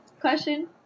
question